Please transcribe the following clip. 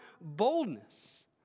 boldness